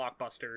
blockbuster